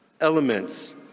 elements